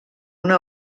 una